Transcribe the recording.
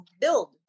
build